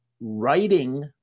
writing